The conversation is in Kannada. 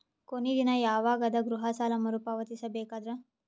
ಕೊನಿ ದಿನ ಯವಾಗ ಅದ ಗೃಹ ಸಾಲ ಮರು ಪಾವತಿಸಬೇಕಾದರ?